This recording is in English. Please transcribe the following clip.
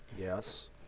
Yes